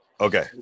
Okay